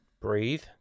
Breathe